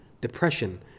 depression